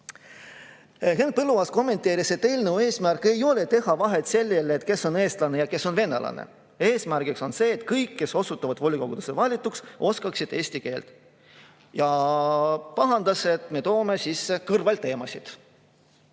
Henn Põlluaas kommenteeris, et eelnõu eesmärk ei ole teha vahet, kes on eestlane ja kes on venelane. Eesmärk on see, et kõik, kes osutuvad volikogudesse valituks, oskaksid eesti keelt. Ja ta pahandas, et me toome sisse kõrvalteemasid.